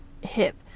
hip